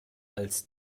als